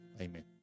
Amen